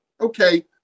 Okay